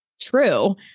true